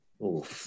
Oof